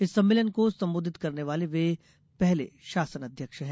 इस सम्मेलन को संबोधित करने वाले वे पहले शासनाध्यक्ष हैं